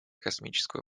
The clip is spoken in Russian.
космического